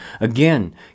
Again